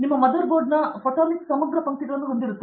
ನಿಮ್ಮ ಮದರ್ಬೋರ್ಡ್ನ ಫೋಟೊನಿಕ್ ಸಮಗ್ರ ಪಂಕ್ತಿಗಳನ್ನು ಹೊಂದಿರುತ್ತದೆ